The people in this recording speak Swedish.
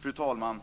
Fru talman!